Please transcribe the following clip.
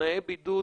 בתנאי בידוד,